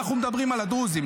אנחנו מדברים על הדרוזים,